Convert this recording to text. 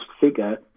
figure